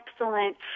excellent